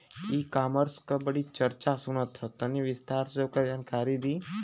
E commerce क बड़ी चर्चा सुनात ह तनि विस्तार से ओकर जानकारी दी?